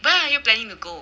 where are you planning to go